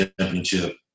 championship